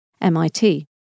MIT